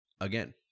Again